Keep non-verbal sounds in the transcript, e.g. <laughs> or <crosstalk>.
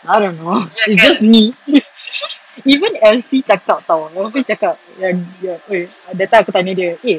I don't know it's just me <laughs> even elfie cakap [tau] ya ya !oi! that time aku tanya dia eh